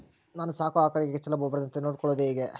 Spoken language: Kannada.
ನಾನು ಸಾಕೋ ಆಕಳಿಗೆ ಕೆಚ್ಚಲುಬಾವು ಬರದಂತೆ ನೊಡ್ಕೊಳೋದು ಹೇಗೆ?